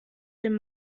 dem